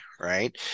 right